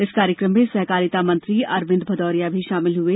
इस कार्यक्रम में सहकारिता मंत्री अरविंद भदौरिया भी शामिल हुए